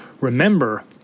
Remember